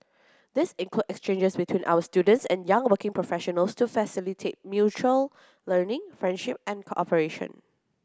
these include exchanges between our students and young working professionals to facilitate mutual learning friendship and cooperation